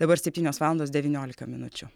dabar septynios valandos devyniolika minučių